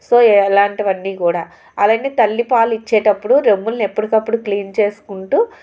so ఎలాంటివన్నీ కూడా అవన్నీ తల్లి పాలు ఇచ్చేటప్పుడు రొమ్ములను ఎప్పటికప్పుడు క్లీన్ చేసుకుంటూ